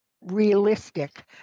realistic